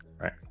right